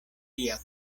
tia